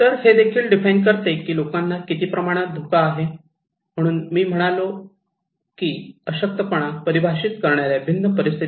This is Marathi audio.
तर हे देखील डिफाइन करते की लोकांना किती प्रमाणात धोका आहे म्हणून मी म्हणालो की अशक्तपणा परिभाषित करणार्या भिन्न परिस्थिती आहेत